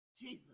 Jesus